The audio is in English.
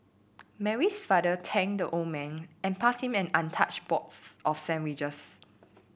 Mary's father thanked the old man and passed him an untouched box of sandwiches